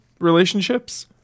relationships